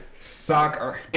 soccer